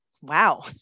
Wow